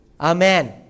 Amen